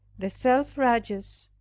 the self-righteous,